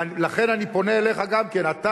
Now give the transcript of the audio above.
לכן אני פונה אליך גם כן: אתה,